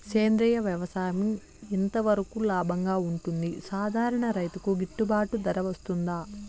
సేంద్రియ వ్యవసాయం ఎంత వరకు లాభంగా ఉంటుంది, సాధారణ రైతుకు గిట్టుబాటు ధర వస్తుందా?